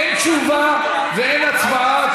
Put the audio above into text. אין תשובה ואין הצבעה.